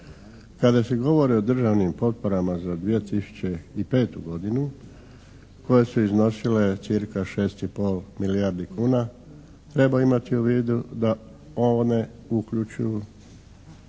Kada se govori o državnim potporama za 2005. godinu koje su iznosile cirka 6,5 milijardi kuna treba imati u vidu da one uključuju